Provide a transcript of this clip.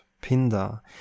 Pindar